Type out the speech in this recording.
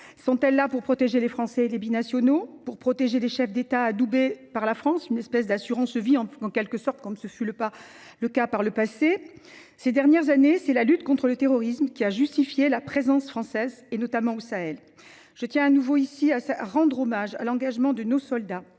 Sont elles là pour protéger les Français et les binationaux, ou pour protéger les chefs d’État adoubés par la France – pour leur offrir une assurance vie en quelque sorte, comme ce fut le cas par le passé ? Ces dernières années, c’est la lutte contre le terrorisme qui a justifié la présence française, notamment au Sahel. Je tiens de nouveau à rendre hommage à l’engagement de nos soldats